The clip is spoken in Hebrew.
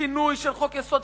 שינוי של חוק-יסוד,